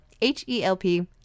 H-E-L-P